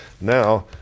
Now